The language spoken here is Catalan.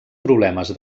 problemes